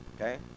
okay